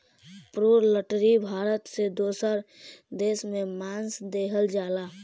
poultry Bharat से दोसर देश में मांस देहल जाला